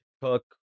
cook